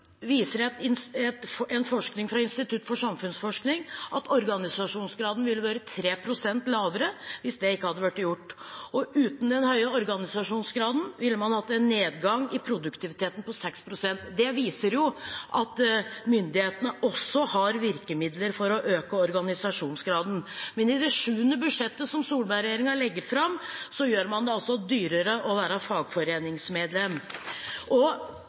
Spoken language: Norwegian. forskning fra Institutt for samfunnsforskning viser at organisasjonsgraden ville ha vært 3 pst. lavere hvis det ikke hadde blitt gjort. Uten den høye organisasjonsgraden ville man hatt en nedgang på 6 pst. i produktiviteten. Det viser jo at myndighetene har virkemidler for å øke organisasjonsgraden. Men i det sjuende budsjettet som Solberg-regjeringen legger fram, gjør man det dyrere å være fagforeningsmedlem. I den norske modellen er det tre ben: partene i arbeidslivet og